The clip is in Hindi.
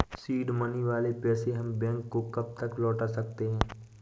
सीड मनी वाले पैसे हम बैंक को कब तक लौटा सकते हैं?